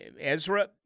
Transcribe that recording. Ezra